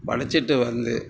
படைச்சுட்டு வந்து